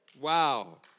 Wow